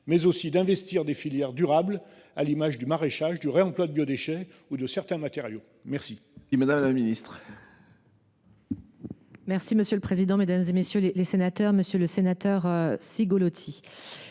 et d’investir des filières durables à l’image du maraîchage et du réemploi de biodéchets ou de certains matériaux ?